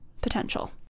potential